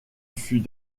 fut